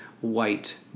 white